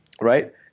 Right